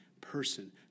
person